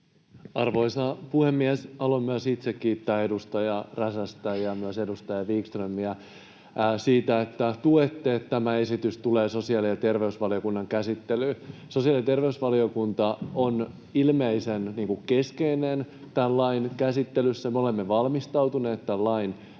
Arvoisa puhemies! Haluan myös itse kiittää edustaja Räsästä ja myös edustaja Wickströmiä siitä, että tuette sitä, että tämä esitys tulee sosiaali- ja terveysvaliokunnan käsittelyyn. Sosiaali- ja terveysvaliokunta on ilmeisen keskeinen tämän lain käsittelyssä. Me olemme valmistautuneet tämän lain tulemiseen.